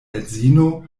edzino